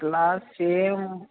glass same